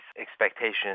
expectations